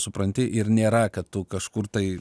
supranti ir nėra kad tu kažkur tai